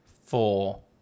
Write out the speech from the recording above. Four